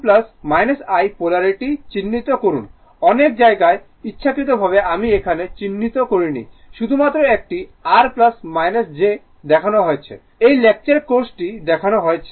polarity চিহ্নিত করুন অনেক জায়গা ইচ্ছাকৃতভাবে আমি এখানে চিহ্নিত করিনি শুধুমাত্র একটি r দেখানোর জন্য এই লেকচার ক্লাসে দেখানো হয়েছে